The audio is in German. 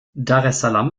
daressalam